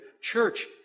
Church